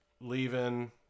leaving